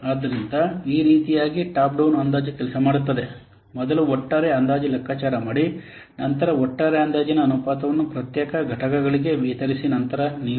ಆದ್ದರಿಂದ ಈ ರೀತಿಯಾಗಿ ಟಾಪ್ ಡೌನ್ ಅಂದಾಜು ಕೆಲಸ ಮಾಡುತ್ತದೆ ಮೊದಲು ಒಟ್ಟಾರೆ ಅಂದಾಜು ಲೆಕ್ಕಾಚಾರ ಮಾಡಿ ನಂತರ ಒಟ್ಟಾರೆ ಅಂದಾಜಿನ ಅನುಪಾತವನ್ನು ಪ್ರತ್ಯೇಕ ಘಟಕಗಳಿಗೆ ವಿತರಿಸಿ ನಂತರ ನೀವು